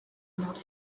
not